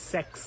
Sex